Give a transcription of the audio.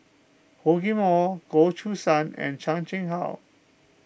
Hor Chim or Goh Choo San and Chan Chang How